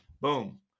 boom